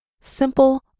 Simple